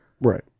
right